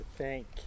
Thank